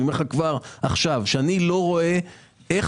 אני אומר לך כבר עכשיו שאני לא רואה איך